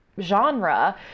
genre